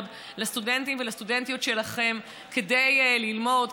לסטודנטים ולסטודנטיות שלכם כדי ללמוד,